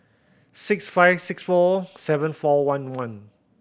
six five six four seven four one one